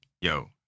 yo